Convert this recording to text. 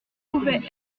pouvaient